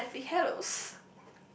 the Deathly Hallows